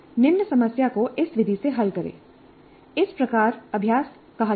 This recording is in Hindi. निम्न समस्या को इस विधि से हल करें इस प्रकार अभ्यास कहा गया है